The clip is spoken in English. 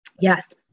Yes